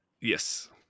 Yes